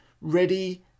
ready